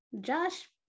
josh